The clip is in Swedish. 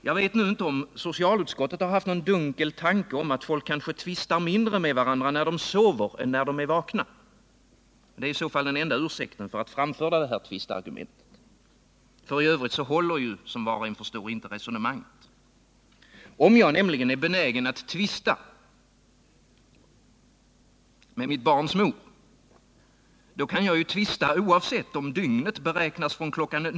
Jag vet inte om socialutskottet har haft någon dunkel tanke om att folk kanske tvistar mindre med varandra när de sover än när de är vakna. Det är i så fall den enda ursäkten för att framföra det här tvisteargumentet. I övrigt håller inte resonemanget, som var och en förstår. Är jag benägen att tvista med mitt barns mor, kan jag ju tvista oavsett om dygnet beräknas från kl.